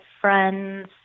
friends